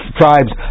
tribes